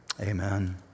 amen